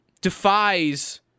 defies